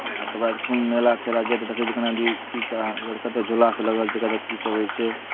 आ तकर बाद खूब मेला तेला जे देखै छी केना की कहाँ कतय झूलासभ लागल छै कतय कीसभ होइ छै